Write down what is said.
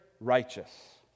righteous